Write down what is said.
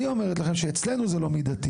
אני אומרת לכם שאצלנו זה לא מידתי,